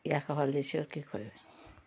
इएह कहल जाइ छै आओर कि कहल जाइ